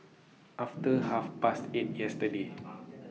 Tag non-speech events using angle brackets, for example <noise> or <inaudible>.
<noise> after Half Past eight yesterday